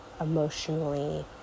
emotionally